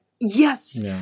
Yes